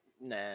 Nah